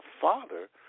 father